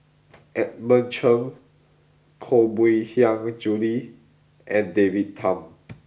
Edmund Cheng Koh Mui Hiang Julie and David Tham